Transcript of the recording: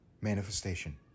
manifestation